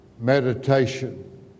Meditation